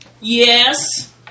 Yes